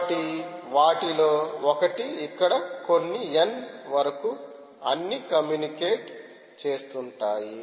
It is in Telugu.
కాబట్టి వాటిలో ఒకటి ఇక్కడ కొన్ని n వరకు అన్నీ కమ్యూనికేట్ చేస్తుంటాయి